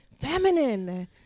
feminine